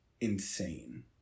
insane